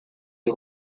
est